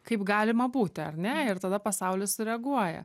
kaip galima būti ar ne ir tada pasaulis sureaguoja